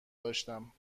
داشتم